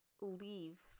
leave